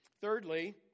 thirdly